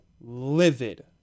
livid